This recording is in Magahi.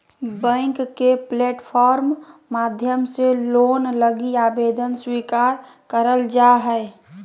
बैंक के प्लेटफार्म माध्यम से लोन लगी आवेदन स्वीकार करल जा हय